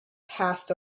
passed